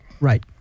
Right